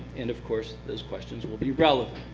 and of course, those questions will be relevant,